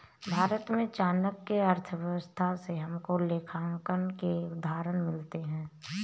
भारत में चाणक्य की अर्थशास्त्र से हमको लेखांकन के उदाहरण मिलते हैं